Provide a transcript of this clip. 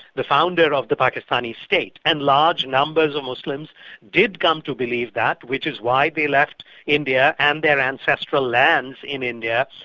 the founder of the pakistani state. and large numbers of muslims did come to believe that which is why they left india and their ancestral lands in india,